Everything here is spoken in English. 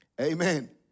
Amen